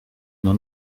nur